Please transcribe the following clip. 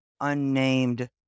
unnamed